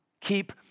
Keep